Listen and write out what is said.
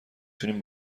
تونیم